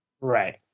Right